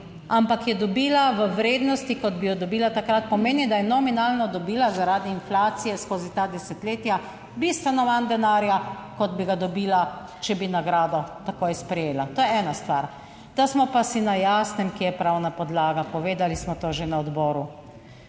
ampak je dobila v vrednosti kot bi jo dobila takrat. Pomeni, da je nominalno dobila zaradi inflacije skozi ta desetletja bistveno manj denarja, kot bi ga dobila, če bi nagrado takoj sprejela. To je ena stvar. Da smo pa si na jasnem, kje je pravna podlaga, povedali smo to že na odboru.